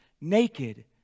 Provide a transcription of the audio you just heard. naked